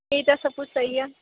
ਇਹ ਤਾਂ ਸਭ ਕੁਝ ਸਹੀ ਆ